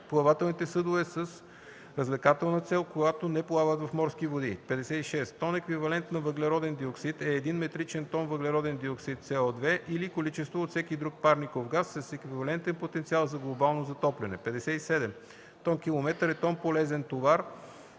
плавателните съдове с развлекателна цел, когато не плават в морски води. 56. „Тон еквивалент на въглероден диоксид” е един метричен тон въглероден диоксид (СО2) или количество от всеки друг парников газ с еквивалентен потенциал за глобално затопляне. 57. „Тонкилометър” е тон полезен товар